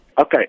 Okay